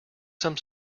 some